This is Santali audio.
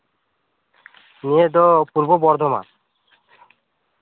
ᱱᱤᱭᱟᱹ ᱫᱚ ᱯᱩᱨᱵᱚ ᱵᱚᱨᱫᱷᱚᱢᱟᱱ